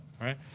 Right